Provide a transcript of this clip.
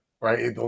right